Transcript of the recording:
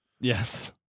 Yes